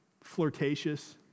flirtatious